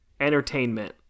Entertainment